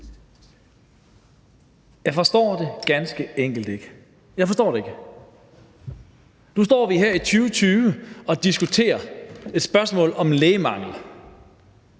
Jeg forstår det ganske enkelt ikke – jeg forstår det ikke! Nu står vi her i 2020 og diskuterer et spørgsmål om lægemangel.